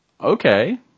okay